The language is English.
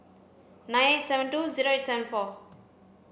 nine eight seven two zero eight seven four